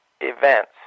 events